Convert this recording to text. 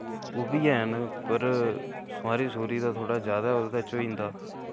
उब्भी हैन पर सोआरी सूरी दा थोह्ड़ा जैदा ओह्दे च होई जंदा